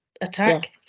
attack